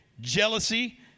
jealousy